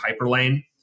hyperlane